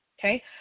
okay